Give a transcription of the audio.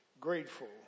grateful